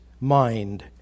mind